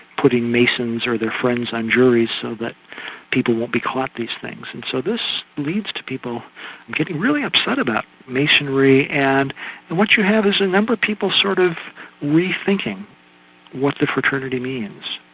putting masons or their friends on juries so that people won't be caught these things. and so this leads to people getting really upset about masonry and what you have is a number of people sort of re-thinking what the fraternity means.